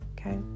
okay